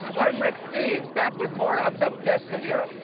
i'm rick steves, back with more of the best of europe.